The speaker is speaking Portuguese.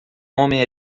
homem